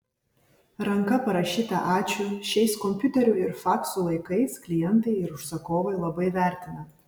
ranka parašytą ačiū šiais kompiuterių ir faksų laikais klientai ir užsakovai labai vertina